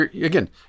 Again